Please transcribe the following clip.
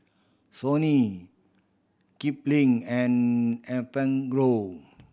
Sony Kipling and Enfagrow